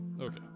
Okay